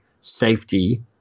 safety